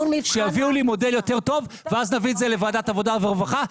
שיביאו לי מודל יותר טוב ואז נביא את זה לוועדת העבודה והרווחה,